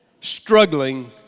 struggling